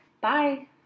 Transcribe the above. Bye